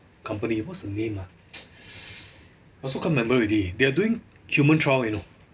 company what's the name ah I also can't remember already they are doing human trial you know